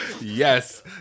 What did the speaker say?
Yes